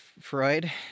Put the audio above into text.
Freud